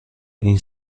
این